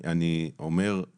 אני אומר את